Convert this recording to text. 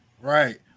right